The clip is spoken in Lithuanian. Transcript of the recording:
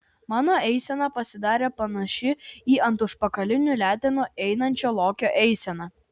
mano eisena pasidarė panaši į ant užpakalinių letenų einančio lokio eiseną